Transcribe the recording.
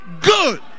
good